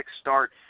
start